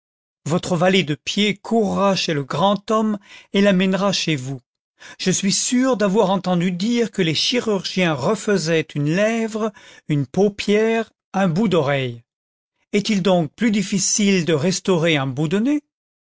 votre valet de pied courra chez le grand homme et l'amènera chez vous je suis sûr d'avoir entendu dire que les chirurgiens refaisaient une lèvre une paupière un bout d'oreille est-il donc plus difficile de restaurer un bout de nez